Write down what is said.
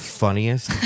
funniest